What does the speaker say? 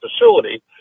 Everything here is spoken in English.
facility